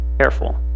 careful